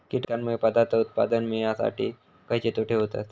कीटकांनमुळे पदार्थ उत्पादन मिळासाठी खयचे तोटे होतत?